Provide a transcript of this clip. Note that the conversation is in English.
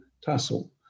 tassel